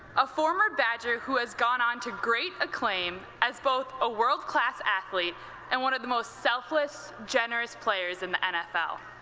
a former badger who has gone on to great acclaim as both a world-class athlete and one of the most selfless, generous players in the nfl.